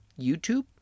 YouTube